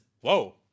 whoa